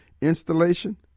installation